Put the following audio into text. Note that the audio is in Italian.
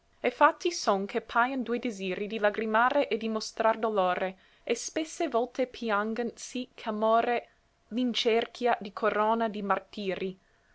fatti son che paion due disiri di lagrimare e di mostrar dolore e spesse volte piangon sì ch'amore li ncerchia di corona di martìri